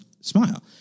smile